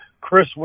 Chris